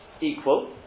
equal